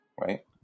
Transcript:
right